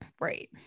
Right